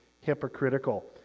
hypocritical